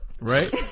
right